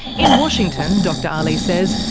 in washington, dr aly says,